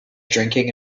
drinking